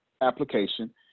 application